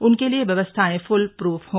उनके लिए व्यवस्थाएं फ्ल प्रफ हों